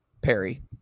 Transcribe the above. Perry